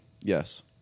Yes